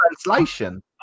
translation